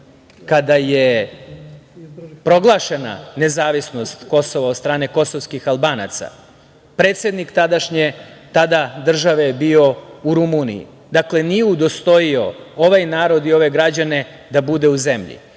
kada je proglašena nezavisnost Kosova od strane kosovskih Albanaca, predsednik tadašnje države je bio u Rumuniji. Dakle, nije udostojio ovaj narod i ove građane da bude u zemlji.